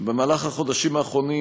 במהלך החודשים האחרונים